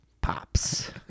pops